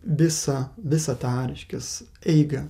visą visą tą reiškias eigą